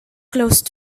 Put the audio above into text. close